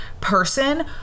person